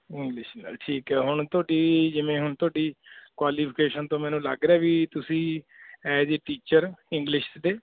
English ਨਾਲ ਠੀਕ ਹੈ ਹੁਣ ਤੁਹਾਡੀ ਜਿਵੇਂ ਹੁਣ ਤੁਹਾਡੀ ਕੁਆਲੀਫਿਕੇਸ਼ਨ ਤੋਂ ਮੈਨੂੰ ਲੱਗ ਰਿਹਾ ਵੀ ਤੁਸੀਂ ਐਜ ਏ ਟੀਚਰ ਇੰਗਲਿਸ਼ ਦੇ